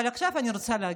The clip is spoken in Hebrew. אבל עכשיו אני רוצה להגיד,